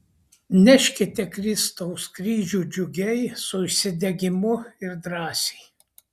neškite kristaus kryžių džiugiai su užsidegimu ir drąsiai